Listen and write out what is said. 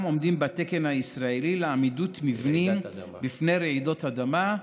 עומדים בתקן הישראלי לעמידות מבנים בפני רעידות אדמה,